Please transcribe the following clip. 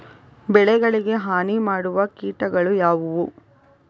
ಬೆಳೆಗಳಿಗೆ ಹಾನಿ ಮಾಡುವ ಕೀಟಗಳು ಯಾವುವು?